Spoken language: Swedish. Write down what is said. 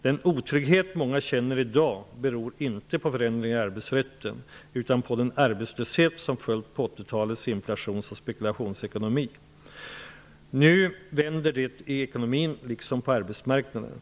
Den otrygghet många känner i dag beror inte på förändringar i arbetsrätten utan på den arbetslöshet som följt på 80-talets inflations och spekulationsekonomi. Nu vänder det i ekonomin liksom på arbetsmarknaden.